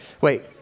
Wait